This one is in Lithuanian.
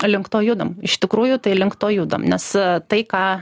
link to judam iš tikrųjų tai link to judam nes tai ką